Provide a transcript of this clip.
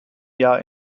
jahr